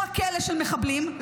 שהוא הכלא של מחבלים.